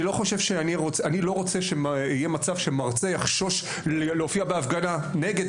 אני לא רוצה שיהיה מצב שמרצה יחשוש להופיע בהפגנה נגד,